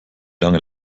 lange